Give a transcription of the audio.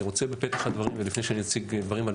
בפתח הדברים ולפני שאני אציג דברים,